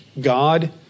God